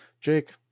Jake